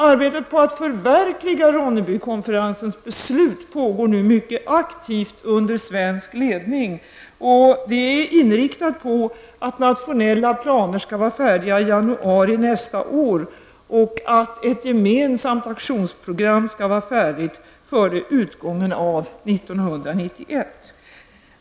Arbetet på att förverkliga Ronnebykonferensens beslut pågår nu mycket aktivt under svensk ledning, och det är inriktat på att nationella planer skall vara färdiga i januari nästa år och att ett gemensamt aktionsprogram skall vara färdigt före utgången av 1991.